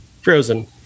frozen